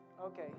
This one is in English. okay